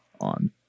on